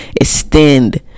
extend